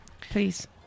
Please